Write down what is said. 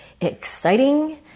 exciting